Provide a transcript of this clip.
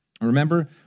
Remember